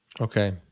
Okay